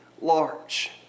large